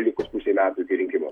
likus pusei metų iki rinkimų